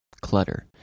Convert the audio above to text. clutter